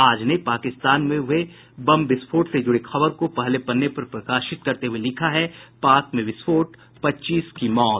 आज ने पाकिस्तान में हुए बम विस्फोट से जुड़ी खबर को पहले पन्ने पर प्रकाशित करते हुए लिखा है पाक में विस्फोट पच्चीस की मौत